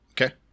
Okay